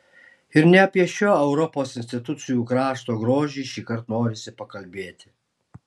ir ne apie šio europos institucijų krašto grožį šįkart norisi pakalbėti